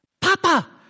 Papa